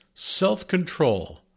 Self-control